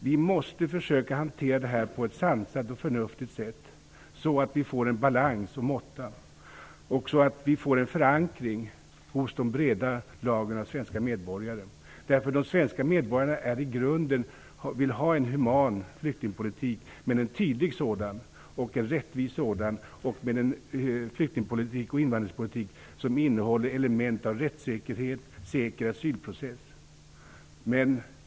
Vi måste försöka hantera det här på ett sansat och förnuftigt sätt, så att vi får balans och måtta och en förankring hos de breda lagren av svenska medborgare. De svenska medborgarna vill i grunden ha en human flykting och invandringspolitik, men en tydlig och rättvis sådan, som innehåller element av rättssäkerhet och innefattar en säker asylprocess.